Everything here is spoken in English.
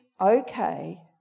okay